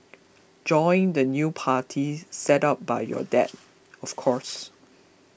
join the new party set up by your dad of course